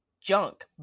junk